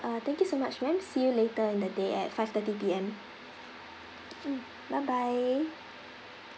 uh thank you so much ma'am see you later in the day at five thirty P_M mm bye bye